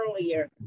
earlier